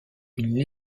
une